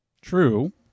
True